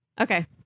Okay